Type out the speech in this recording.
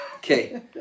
Okay